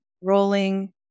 rolling